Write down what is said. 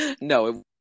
No